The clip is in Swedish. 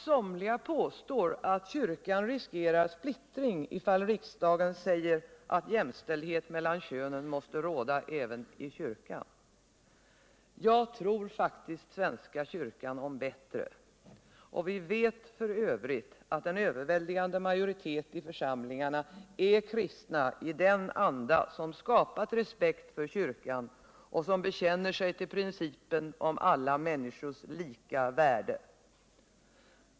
Somliga påstår att kyrkan riskerar splittring, ifall riksdagen säger att jämställdhet mellan könen måste råda även i kyrkan. Jag tror faktiskt svenska kyrkan om bättre. Vi vet f. ö. att en överväldigande majoritet i församlingarna är kristna i den anda som skapat respekt för kyrkan och bekänner sig till principen om alla människors lika värde.